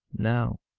now,